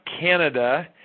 Canada